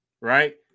right